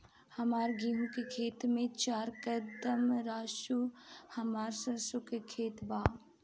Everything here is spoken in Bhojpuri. हमार गेहू के खेत से चार कदम रासु हमार सरसों के खेत बा